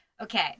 Okay